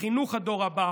לחינוך הדור הבא.